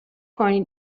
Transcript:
کنید